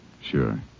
Sure